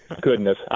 Goodness